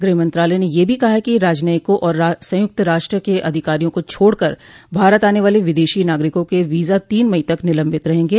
गृह मंत्रालय ने यह भी कहा कि राजनयिकों और संयुक्त राष्ट्र के अधिकारियों को छोड़कर भारत आने वाले विदेशी नागरिकों के वीजा तीन मई तक निलंबित रहेंगे